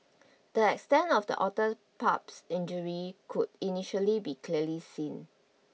the extent of the otter pup's injury could initially be clearly seen